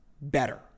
better